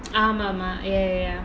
ஆமா ஆமா:aamaaa aamaa ya ya ya